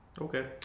Okay